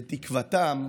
ותקוותם,